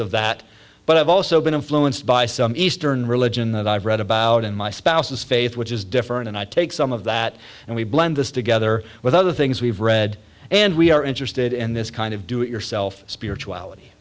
of that but i've also been influenced by some eastern religion that i've read about in my spouse's faith which is different and i take some of that and we blend this together with other things we've read and we are interested in this kind of do it yourself spirituality